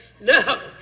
No